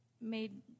made